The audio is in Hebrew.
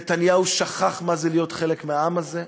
נתניהו שכח מה זה להיות חלק מהעם הזה.